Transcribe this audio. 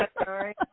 sorry